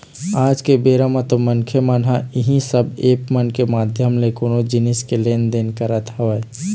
आज के बेरा म तो मनखे मन ह इही सब ऐप मन के माधियम ले कोनो जिनिस के लेन देन करत हवय